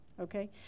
Okay